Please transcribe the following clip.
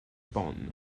bonn